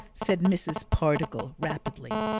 said mrs. pardiggle rapidly,